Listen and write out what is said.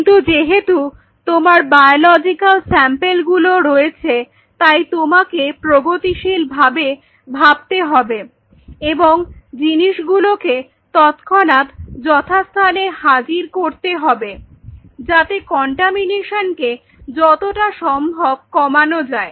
কিন্তু যেহেতু তোমার বায়োলজিক্যাল স্যাম্পেল গুলো রয়েছে তাই তোমাকে প্রগতিশীল ভাবে ভাবতে হবে এবং জিনিসগুলোকে তৎক্ষণাৎ যথাস্থানে হাজির করতে হবেযাতে কন্টামিনেশন কে যতটা সম্ভব কমানো যায়